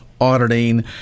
auditing